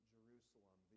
Jerusalem